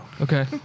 Okay